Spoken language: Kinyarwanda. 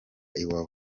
iwawa